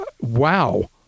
Wow